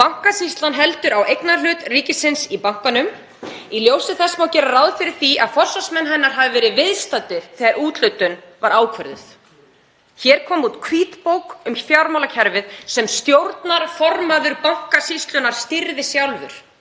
Bankasýslan heldur á eignarhlut ríkisins í bankanum. Í ljósi þess má gera ráð fyrir að forsvarsmenn hennar hafi verið viðstaddir þegar úthlutun var ákvörðuð. Hér kom út hvítbók um fjármálakerfið, sem stjórnarformaður Bankasýslunnar stýrði sjálfur,